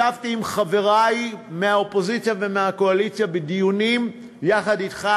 ישבתי עם חברי מהאופוזיציה ומהקואליציה בדיונים יחד אתך,